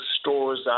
stores